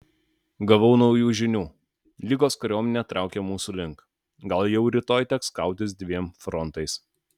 gavau naujų žinių lygos kariuomenė traukia mūsų link gal jau rytoj teks kautis dviem frontais